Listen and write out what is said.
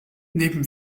neben